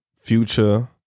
Future